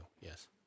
yes